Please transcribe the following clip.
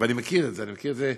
ואני מכיר את זה: